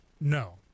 No